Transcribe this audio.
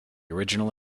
original